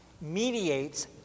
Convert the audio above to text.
mediates